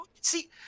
See